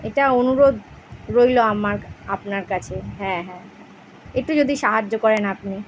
এটা অনুরোধ রইলো আমার আপনার কাছে হ্যাঁ হ্যাঁ একটু যদি সাহায্য করেন আপনি